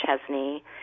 Chesney